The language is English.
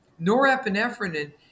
Norepinephrine